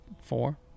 four